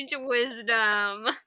wisdom